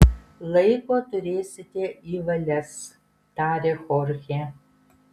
laiko turėsite į valias tarė chorchė